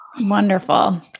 Wonderful